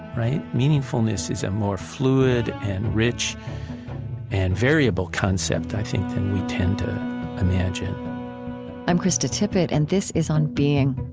right? meaningfulness is a more fluid and rich and variable concept i think than we tend to imagine i'm krista tippett, and this is on being